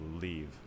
leave